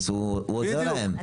הוא עוזר להם.